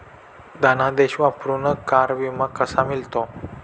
धनादेश वापरून कार विमा कसा मिळतो?